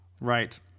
Right